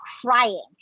crying